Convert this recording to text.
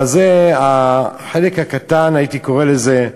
אבל זה החלק הקטן, הייתי קורא לזה,